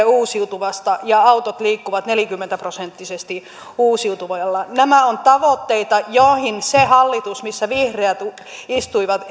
uusiutuvasta ja autot liikkuvat neljäkymmentä prosenttisesti uusiutuvalla nämä ovat tavoitteita joihin se hallitus missä vihreät istuivat